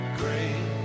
great